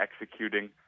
executing